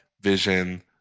Vision